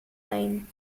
lane